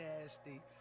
nasty